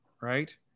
right